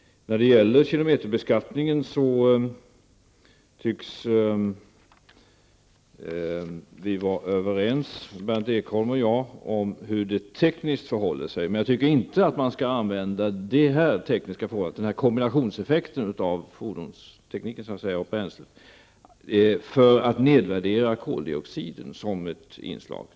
När det gäller kilometerbeskattningen tycks Berndt Ekholm och jag vara överens om hur det förhåller sig tekniskt, men jag tycker inte att man skall använda detta tekniska förhållande, den här kombinationseffekten av fordonstekniken och bränslet, för att nedvärdera koldioxiden som ett inslag.